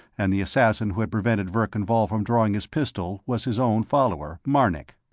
and the assassin who had prevented verkan vall from drawing his pistol was his own follower, marnik.